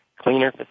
cleaner